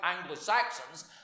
Anglo-Saxons